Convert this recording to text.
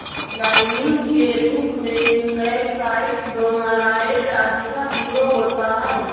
liming के रूप में कैल्साइट, डोमालाइट आदि का प्रयोग होता है